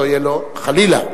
חלילה,